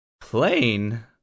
Plain